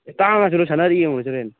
ꯑꯦ ꯇꯥꯡꯉꯁꯨ ꯑꯗꯨꯝ ꯁꯥꯟꯅꯔ ꯌꯦꯡꯉꯨꯔꯁꯤ ꯀꯩꯅꯣ